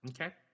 Okay